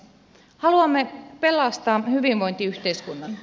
haluamme pelastaa hyvinvointiyhteiskunnan